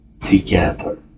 together